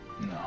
No